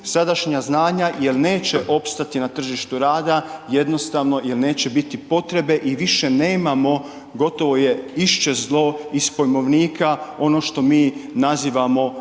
sadašnja znanja jer neće opstati na tržištu rada, jednostavno jer neće biti potrebe i više nemamo, gotovo je iščezlo iz pojmovnika ono što mi nazivamo